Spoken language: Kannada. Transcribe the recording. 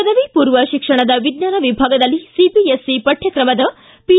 ಪದವಿ ಪೂರ್ವ ಶಿಕ್ಷಣದ ವಿಜ್ಞಾನ ವಿಭಾಗದಲ್ಲಿ ಸಿಬಿಎಸ್ಇ ಪಠ್ಯಕ್ರಮದ ಪಿ